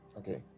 okay